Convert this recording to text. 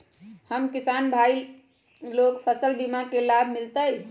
हम किसान भाई लोग फसल बीमा के लाभ मिलतई?